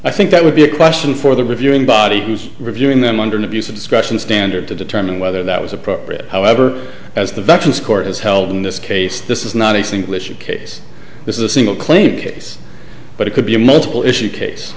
i think that would be a question for the reviewing body who's reviewing them under an abuse of discretion standard to determine whether that was appropriate however as the veterans court has held in this case this is not a single issue case this is a single claim case but it could be a multiple issue case